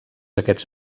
aquests